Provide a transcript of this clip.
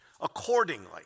Accordingly